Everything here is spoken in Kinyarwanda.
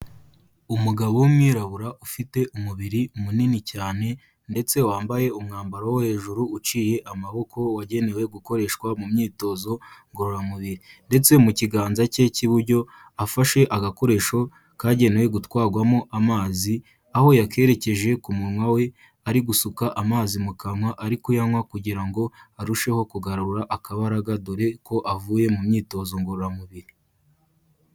Umugabo w'umwirabura ufite umubiri munini cyane ndetse wambaye umwambaro wo hejuru uciye amaboko wagenewe gukoreshwa mu myitozo ngororamubiri ndetse mu kiganza cye cy'iburyo afashe agakoresho kagenewe gutwarwamo amazi, aho yakerekeje ku munwa we ari gusuka amazi mu kanwa, ari kuyanywa kugira ngo arusheho kugarura akabaraga, dore ko avuye mu myitozo ngororamubiri.